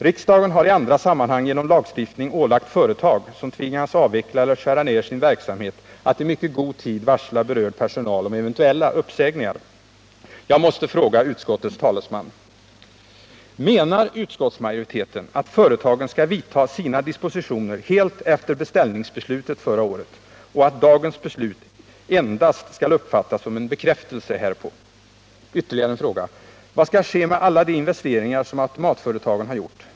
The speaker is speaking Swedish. Riksdagen har i andra sammanhang genom lagstiftning ålagt företag som tvingas avveckla eller skära ner sin verksamhet att i mycket god tid varsla berörd personal om eventuella uppsägningar. Jag måste fråga utskottets talesman: Menar utskottsmajoriteten att företagen skall vidta sina dispositioner helt efter beställningsbeslutet förra året och att dagens beslut endast skall uppfattas som en bekräftelse härpå? Ytterligare en fråga: Vad skall ske med alla de investeringar som 9” automatföretagen har gjort?